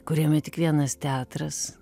kuriame tik vienas teatras